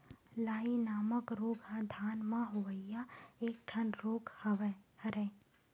लाई नामक रोग ह धान म होवइया एक ठन रोग हरय